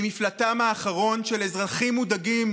והיא מפלטם האחרון של אזרחים מודאגים